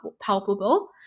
palpable